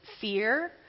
fear